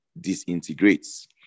disintegrates